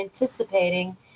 anticipating